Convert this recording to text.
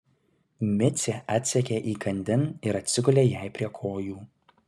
micė atsekė įkandin ir atsigulė jai prie kojų